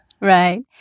Right